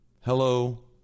Hello